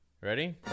Ready